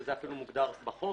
שזה אפילו מוגדר בחוק,